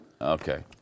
Okay